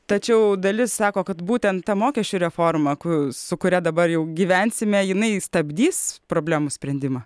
tačiau dalis sako kad būtent ta mokesčių reforma kuri su kuria dabar jau gyvensime jinai stabdys problemų sprendimą